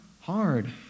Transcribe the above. hard